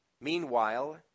Meanwhile